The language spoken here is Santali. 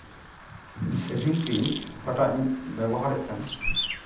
ᱥᱮᱹᱵᱷᱤᱝᱥ ᱠᱨᱤᱢᱥ ᱚᱠᱟᱴᱟᱜ ᱤᱧ ᱵᱮᱵᱚᱦᱟᱨᱮᱫ ᱠᱟᱱ